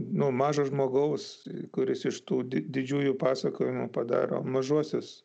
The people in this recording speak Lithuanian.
nu mažo žmogaus kuris iš tų didžiųjų pasakojimų padaro mažuosius